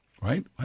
right